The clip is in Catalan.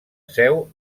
seu